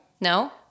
No